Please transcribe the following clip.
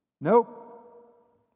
Nope